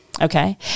okay